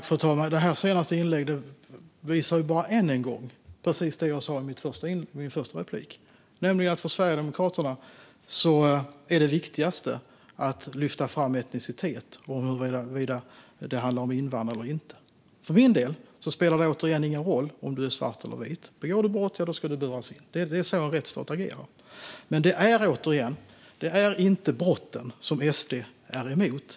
Fru talman! Det senaste inlägget visar bara än en gång precis det jag sa i min första replik, nämligen att för Sverigedemokraterna är det viktigaste att lyfta fram etnicitet och huruvida det handlar om invandrare eller inte. För min del, återigen, spelar det ingen roll om du är svart eller vit. Begår du brott, ja, då ska du buras in. Det är så en rättsstat agerar. Men, återigen, det är inte brotten som SD är emot.